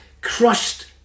crushed